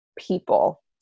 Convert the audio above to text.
people